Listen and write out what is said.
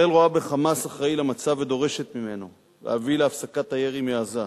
ישראל רואה ב"חמאס" אחראי למצב ודורשת ממנו להביא להפסקת הירי מעזה.